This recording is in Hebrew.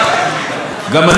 כולנו רוצים ללכת.